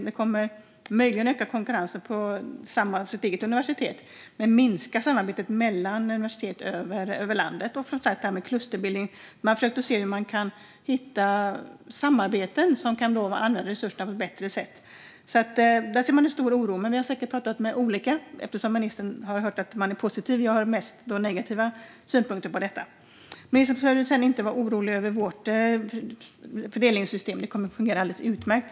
Det kommer möjligen att öka konkurrensen inom det egna universitetet men minska samarbetet mellan universitet över landet. När det gäller klusterbildning har man som sagt försökt se hur man kan hitta samarbeten så att man kan använda resurserna på ett bättre sätt. Där ser man alltså en stor oro. Men vi har säkert pratat med olika personer eftersom ministern har hört att man är positiv. Jag hör mest negativa synpunkter. Ministern behöver inte vara orolig över vårt fördelningssystem. Det kommer att fungera alldeles utmärkt.